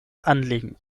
anlegen